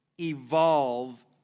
evolve